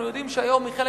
אנחנו יודעים היום שמחלק